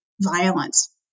violence